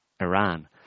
Iran